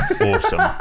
Awesome